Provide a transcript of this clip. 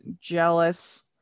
jealous